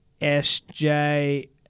SJ